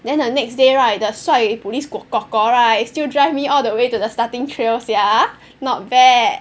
then the next day right the 帅 police kor kor kor right still drive me all the way to the starting trail sia not bad